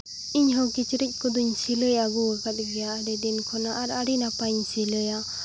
ᱤᱧ ᱦᱚᱸ ᱠᱤᱪᱨᱤᱡ ᱠᱚᱫᱚᱧ ᱥᱤᱞᱟᱹᱭ ᱟᱹᱜᱩ ᱟᱠᱟᱫ ᱜᱮᱭᱟ ᱟᱹᱰᱤ ᱫᱤᱱ ᱦᱚᱱᱟᱜ ᱟᱨ ᱟᱹᱰᱤ ᱱᱟᱯᱟᱭᱤᱧ ᱥᱤᱞᱟᱹᱭᱟ